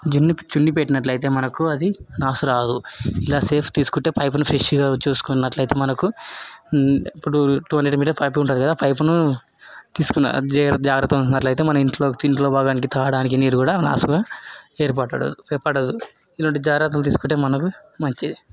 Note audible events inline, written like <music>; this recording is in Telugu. చున్ని చున్ని పెట్టినట్లయితే మనకు అది నాసు రాదు ఇలా సేఫ్ తీసుకుంటే పైపుని ఫ్రెష్గా చూసుకున్నట్లయితే మనకు ఇప్పుడు టు హండ్రెడ్ మీటర్స్ పైప్ ఉంటుంది కదా ఆ పైపును తీసుకున్న <unintelligible> జాగ్రత్తగా ఉన్నట్లయితే మనం ఇంట్లో ఇంట్లో వాడటానికి తాగడానికి నీరు కూడా నాసుగా ఏర్పడదు పడదు ఇటువంటి జాగ్రత్తలు తీసుకుంటే మనకు మంచిది